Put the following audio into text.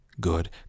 good